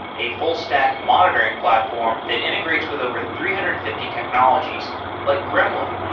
a full stack monitoring platform that integrates with over three hundred and fifty technologies like gremlin,